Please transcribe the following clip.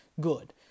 good